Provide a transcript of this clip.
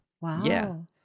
Wow